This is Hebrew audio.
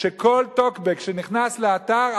שכל טוקבק שנכנס לאתר,